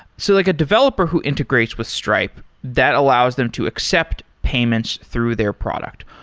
so like a developer who integrates with stripe, that allows them to accept payments through their product.